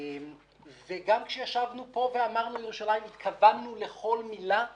גם כשישבנו פה ואמרנו "ירושלים" התכוונו לכל מילה שאמרנו.